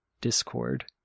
discord